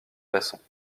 passants